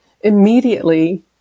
immediately